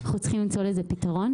אנחנו צריכים למצוא לזה פתרון.